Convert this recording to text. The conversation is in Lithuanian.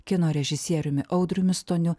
kino režisieriumi audriumi stoniu